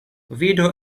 vidu